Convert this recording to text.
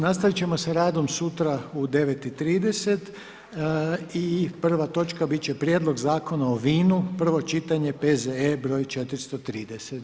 Nastaviti ćemo s radom sutra u 9,30 i prva točka biti će Prijedlog Zakona o vinu, prvo čitanje, P.Z.E br. 430.